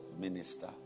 minister